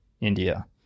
India